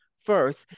first